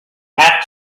have